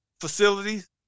facilities